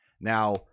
now